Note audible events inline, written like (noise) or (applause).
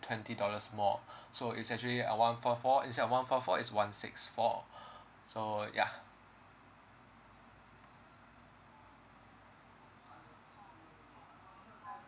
twenty dollars more (breath) so is actually uh one four four instead of one four four is one six four (breath) so ya